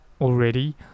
already